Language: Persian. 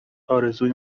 ارزوی